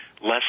less